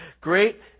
great